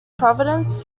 providence